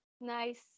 nice